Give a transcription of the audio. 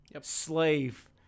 slave